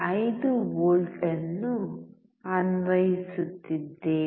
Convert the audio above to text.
5 volt ಅನ್ನು ಅನ್ವಯಿಸುತ್ತಿದ್ದೇವೆ